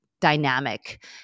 dynamic